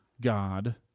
God